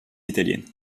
italiennes